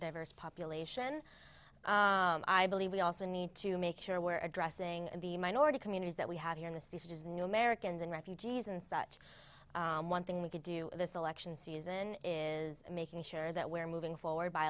diverse population i believe we also need to make sure we're addressing the minority communities that we have here in the stooges new americans and refugees and such one thing we could do in this election season is making sure that we're moving forward by